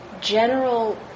general